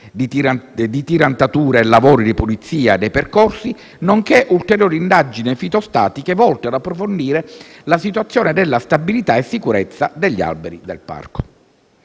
di tirantature e lavori di pulizia dei percorsi, nonché ulteriori indagini fitostatiche volte ad approfondire la situazione della stabilità e sicurezza degli alberi del parco.